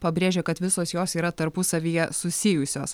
pabrėžė kad visos jos yra tarpusavyje susijusios